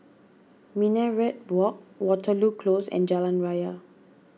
Minaret Walk Waterloo Close and Jalan Raya